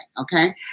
Okay